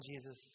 Jesus